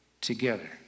together